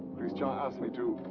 christian asked me to.